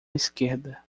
esquerda